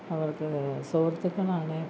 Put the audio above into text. അവർക്ക് സുഹൃത്തുക്കൾ ആണെങ്കിൽ